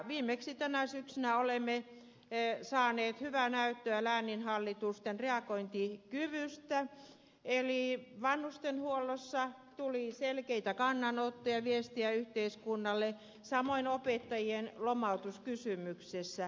viimeksi tänä syksynä olemme saaneet hyvää näyttöä lääninhallitusten reagointikyvystä eli vanhustenhuollosta tuli selkeitä kannanottoja viestejä yhteiskunnalle samoin opettajien lomautuskysymyksestä